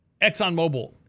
ExxonMobil